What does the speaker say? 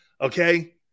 Okay